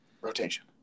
Rotation